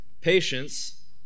patience